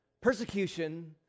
persecution